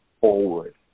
forward